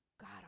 God